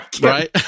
Right